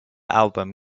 album